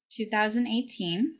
2018